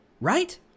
Right